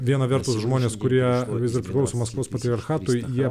viena vertus žmonės kurie vis dar priklauso maskvos patriarchatui jie